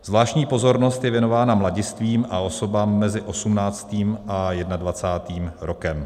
Zvláštní pozornost je věnována mladistvým a osobám mezi osmnáctým a jedenadvacátým rokem.